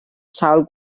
sawl